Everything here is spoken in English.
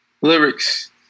lyrics